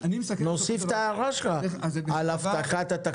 נוסיף את ההערה שלך על הבטחת התחזוקה.